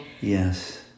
Yes